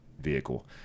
vehicle